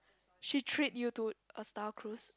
she treat you to a star cruise